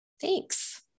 Thanks